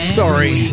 sorry